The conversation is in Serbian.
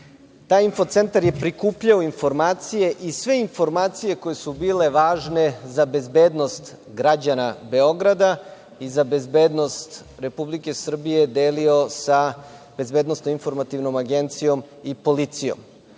Taj info-centar je prikupljao informacije i sve informacije koje su bile važne za bezbednost građana Beograda i za bezbednost Republike Srbije delio sa BIA i policijom. Policija